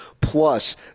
plus